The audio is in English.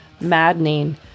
maddening